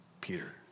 Peter